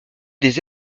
des